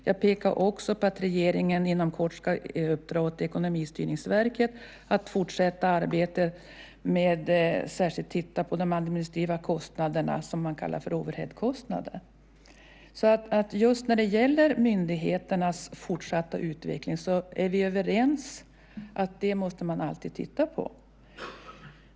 Jag pekade också på att regeringen inom kort ska uppdra åt Ekonomistyrningsverket att fortsätta arbetet med att särskilt titta på de administrativa kostnaderna, som man kallar för overheadkostnader. Så vi är överens om att man alltid måste titta på myndigheternas fortsatta utveckling.